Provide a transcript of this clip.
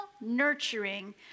nurturing